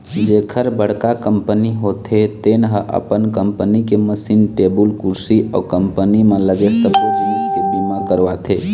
जेखर बड़का कंपनी होथे तेन ह अपन कंपनी के मसीन, टेबुल कुरसी अउ कंपनी म लगे सबो जिनिस के बीमा करवाथे